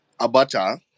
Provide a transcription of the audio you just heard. Abacha